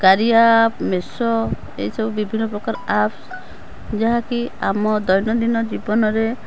କାରିଆ app Meesho ଏଇସବୁ ବିଭିନ୍ନ ପ୍ରକାର ଆପ୍ସ ଯାହା କି ଆମ ଦୈନନ୍ଦିନ ଜୀବନରେ